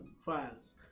files